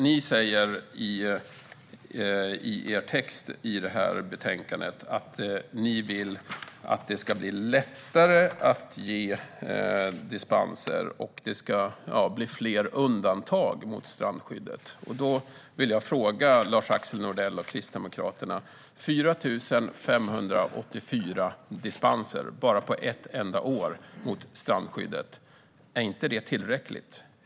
Ni säger i er text i betänkandet att ni vill att det ska bli lättare att ge dispenser och att det ska bli fler undantag från strandskyddet. Jag har ett par frågor till Lars-Axel Nordell och Kristdemokraterna. Är inte 4 584 dispenser på bara ett enda år från strandskyddet tillräckligt?